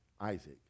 Isaac